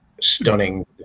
stunning